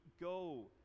go